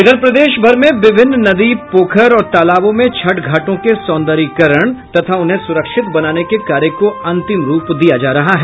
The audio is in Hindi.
इधर प्रदेशभर में विभिन्न नदी पोखर और तालाबों में छठ घाटों के सौंर्दयीकरण तथा उन्हें सुरक्षित बनाने के कार्य को अंतिम रूप दिया जा रहा है